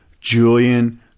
Julian